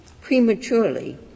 prematurely